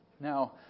Now